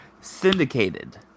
syndicated